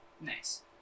Nice